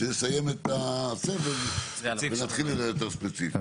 כשנסיים את הסבב ונתחיל יותר ספציפית.